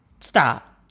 stop